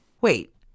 Wait